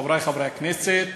חבר הכנסת